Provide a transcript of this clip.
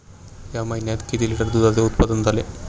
या महीन्यात किती लिटर दुधाचे उत्पादन झाले?